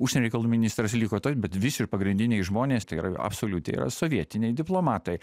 užsienio reikalų ministras liko taip bet visi pagrindiniai žmonės tikrai yra absoliuti yra sovietiniai diplomatai